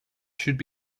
should